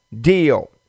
deal